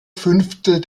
fünftel